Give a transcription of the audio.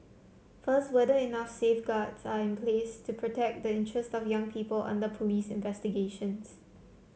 first whether enough safeguards are in place to protect the interests of young people under police investigations